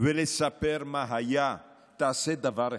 ולספר מה היה, תעשה דבר אחד: